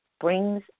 brings